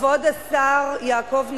כבוד השר יעקב נאמן,